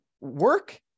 work